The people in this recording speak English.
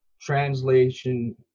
translation